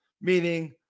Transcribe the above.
meaning